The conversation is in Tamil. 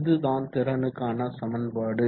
இதுதான் திறனுக்கான சமன்பாடு